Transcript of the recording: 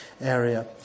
area